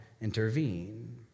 intervene